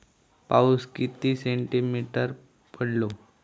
पाऊस किती सेंटीमीटर पडलो?